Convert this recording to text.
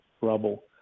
rubble